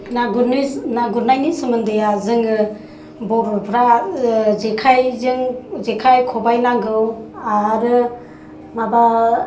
ना गुरनायननि सोमोन्दै जोङो ब'रफ्रा जेखायजों जेखाय खबाइ नांगौ आरो माबा